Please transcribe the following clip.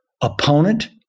opponent